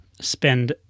spend